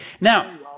Now